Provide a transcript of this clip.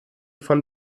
von